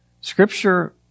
scripture